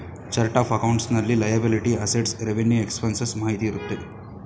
chart of accounts ನಲ್ಲಿ liability, assets, revenue expenses ಮಾಹಿತಿ ಇರುತ್ತೆ